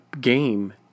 game